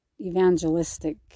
evangelistic